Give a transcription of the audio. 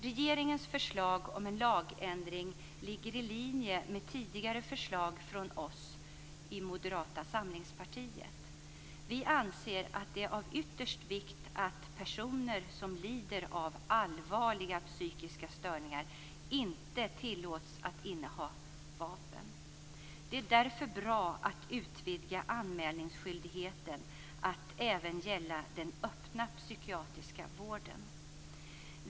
Regeringens förslag om en lagändring ligger i linje med tidigare förslag från oss i Moderata samlingspartiet. Vi anser att det är av yttersta vikt att personer som lider av allvarliga psykiska störningar inte tillåts att inneha vapen. Det är därför bra att utvidga anmälningsskyldigheten att även gälla den öppna psykiatriska vården.